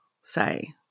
say